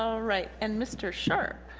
alright and mr. sharpe